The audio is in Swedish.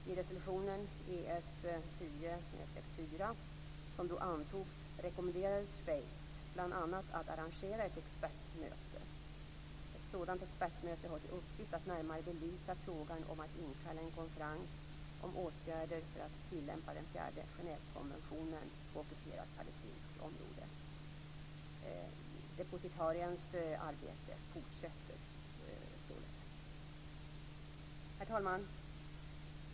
I resolutionen ES-10/4, som då antogs, rekommenderades Schweiz bl.a. att arrangera ett expertmöte. Ett sådant expertmöte har till uppgift att närmare belysa frågan om att inkalla en konferens om åtgärder för att tillämpa den fjärde Genèvekonventionen på ockuperat palestinskt område. Depositariens arbete fortsätter således. Herr talman!